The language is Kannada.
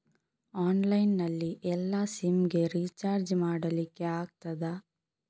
ಆನ್ಲೈನ್ ನಲ್ಲಿ ಎಲ್ಲಾ ಸಿಮ್ ಗೆ ರಿಚಾರ್ಜ್ ಮಾಡಲಿಕ್ಕೆ ಆಗ್ತದಾ?